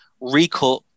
recut